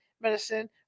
medicine